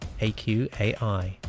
AQAI